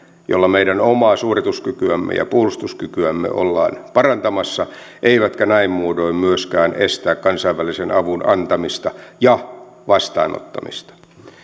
jolla meidän omaa suorituskykyämme ja puolustuskykyämme ollaan parantamassa eivätkä näin muodoin myöskään estää kansainvälisen avun antamista ja vastaanottamista